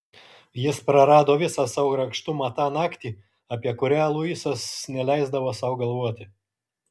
jis prarado visą savo grakštumą tą naktį apie kurią luisas neleisdavo sau galvoti